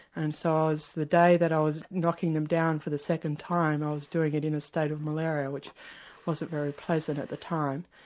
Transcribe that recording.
and so the day that i was knocking them down for the second time i was doing it in a state of malaria, which wasn't very pleasant at the time.